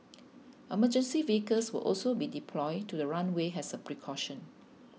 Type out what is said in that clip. emergency vehicles will also be deployed to the runway as a precaution